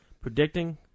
predicting